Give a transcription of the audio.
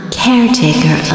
caretaker